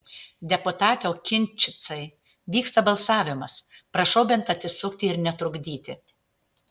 deputate okinčicai vyksta balsavimas prašau bent atsisukti ir netrukdyti